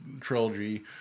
trilogy